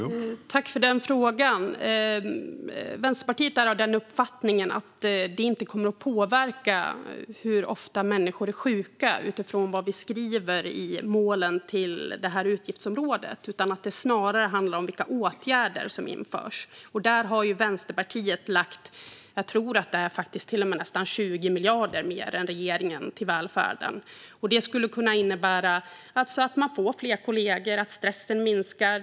Herr talman! Tack, ledamoten, för frågan! Vänsterpartiet är av uppfattningen att det inte kommer att påverka hur ofta människor är sjuka utifrån vad vi skriver i målen till utgiftsområdet. Det handlar snarare om vilka åtgärder som införs. Där har Vänsterpartiet till och med lagt nästan 20 miljarder mer än regeringen till välfärden. Det skulle kunna innebära att man får fler kollegor och att stressen minskar.